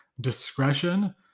discretion